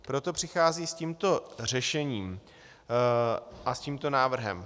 Proto přichází s tímto řešením a s tímto návrhem.